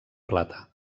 plata